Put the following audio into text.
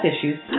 issues